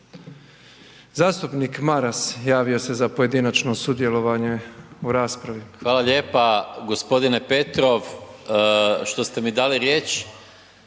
Zastupnik Maras javio se za pojedinačno sudjelovanje u raspravi.